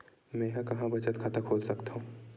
मेंहा कहां बचत खाता खोल सकथव?